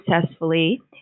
successfully